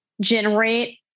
generate